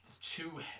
two